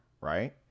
right